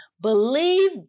Believe